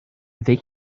they